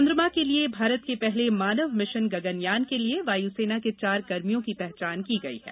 चंद्रमा के लिए भारत के पहले मानव मिशन गगनयान के लिए वायुसेना के चार कर्मियों की पहचान की गयी है